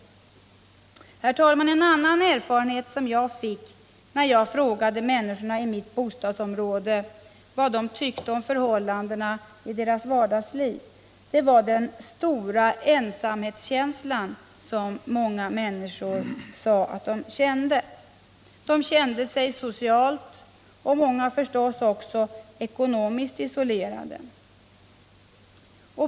Herr talman! En annan erfarenhet som jag fick när jag frågade människorna i mitt bostadsområde vad de tyckte om förhållandena i deras vardagsliv var att många människor sade sig ha en stor ensamhetskänsla. De kände sig socialt och många förstås också ekonomiskt isolerade.